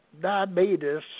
diabetes